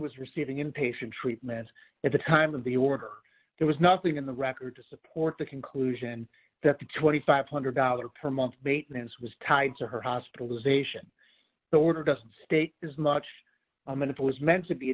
was receiving inpatient treatment at the time of the order there was nothing in the record to support the conclusion that the two thousand five hundred dollars per month bateman's was tied to her hospitalization the order doesn't state as much and it was meant to be a